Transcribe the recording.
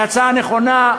היא הצעה נכונה.